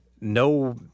no –